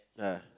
yeah